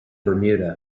bermuda